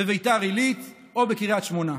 בביתר עילית או בקריית שמונה.